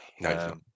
No